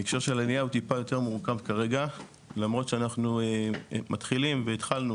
ההקשר של העלייה הוא יותר מורכב כרגע בגלל שאנחנו מתחילים והתחלנו